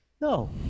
No